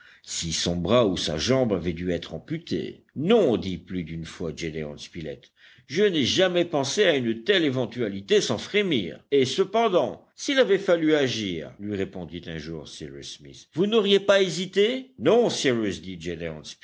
si son bras ou sa jambe avaient dû être amputés non dit plus d'une fois gédéon spilett je n'ai jamais pensé à une telle éventualité sans frémir et cependant s'il avait fallu agir lui répondit un jour cyrus smith vous n'auriez pas hésité non cyrus dit